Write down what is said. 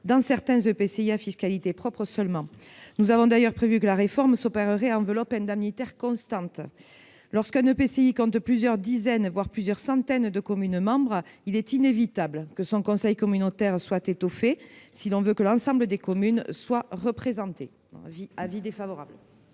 dans certains EPCI à fiscalité propre. Nous avons d'ailleurs prévu que la réforme s'opérerait à enveloppe indemnitaire constante. Lorsqu'un EPCI compte plusieurs dizaines, voire plusieurs centaines de communes membres, il est inévitable que son conseil communautaire soit étoffé si l'on veut que l'ensemble des communes y soit représentées.